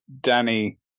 danny